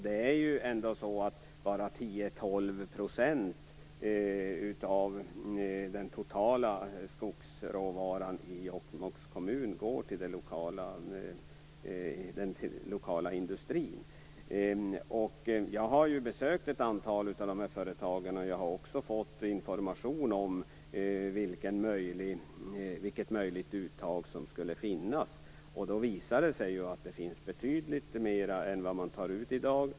Det är ju ändå så att bara 10 12 % av den totala skogsråvaran i Jokkmokks kommun går till den lokala industrin. Jag har besökt ett antal av de här företagen, och jag har också fått information om vilket uttag som vore möjligt. Då visar det sig att det finns betydligt mer än vad man tar ut i dag.